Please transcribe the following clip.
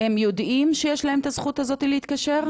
הם יודעים שיש להם את הזכות הזאת להתקשר?